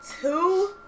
two